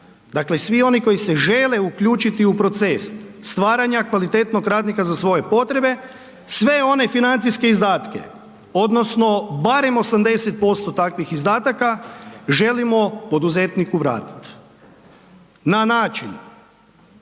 dakle svi oni koji se žele uključiti u proces stvaranja kvalitetnog radnika za svoje potrebe, sve one financijske izdatke odnosno barem 80% takvih izdataka želimo poduzetniku vratit na način